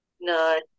No